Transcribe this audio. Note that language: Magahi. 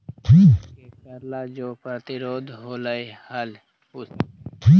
नमक के कर ला जो प्रतिरोध होलई हल उ सबके पता हई